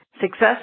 Success